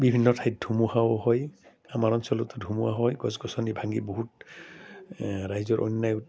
বিভিন্ন ঠাইত ধুমুহাও হয় আমাৰ অঞ্চলতো ধুমুহা হয় গছ গছনি ভাঙি বহুত ৰাইজৰ অন্যায়